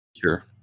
Sure